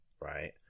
right